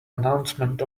announcement